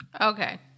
Okay